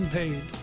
paid